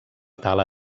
tala